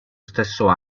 stesso